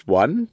one